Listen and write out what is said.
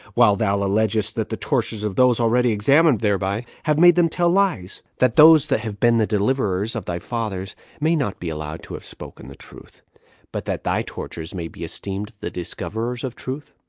while thou allegest that the tortures of those already examined thereby have made them tell lies that those that have been the deliverers of thy father may not be allowed to have spoken the truth but that thy tortures may be esteemed the discoverers of truth.